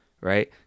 right